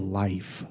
life